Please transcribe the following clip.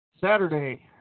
Saturday